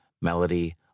melody